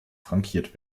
frankiert